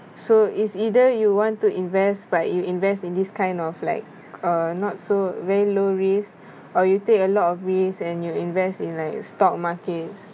so is either you want to invest but you invest in this kind of like uh not so very low risk or you take a lot of ways and you invest in like stock markets